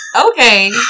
Okay